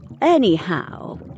Anyhow